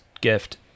gift